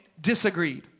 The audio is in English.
disagreed